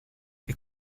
est